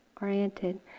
oriented